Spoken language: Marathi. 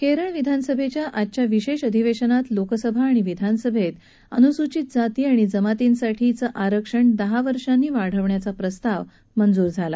केरळ विधानसभेच्या आजच्या विशेष अधिवेशनात लोकसभा आणि विधानसभेत अनुसूचित जाती आणि जमातींसाठी आरक्षण दहा वर्षांनी वाढवायचा प्रस्ताव मंजूर झाला